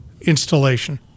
installation